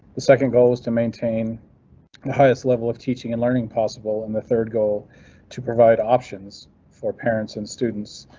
the second goal is to maintain the highest level of teaching and learning possible, and the third goal to provide options for parents and students.